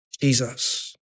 Jesus